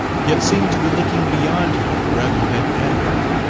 yet seemed to be looking beyond him rather than at him.